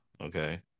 okay